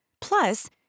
Plus